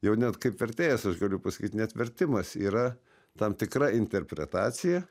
jau net kaip vertėjas aš galiu pasakyt net vertimas yra tam tikra interpretacija